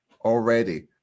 already